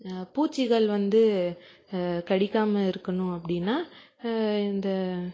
பூச்சிகள் வந்து கடிக்காமல் இருக்கணும் அப்படினா இந்த